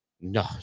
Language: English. no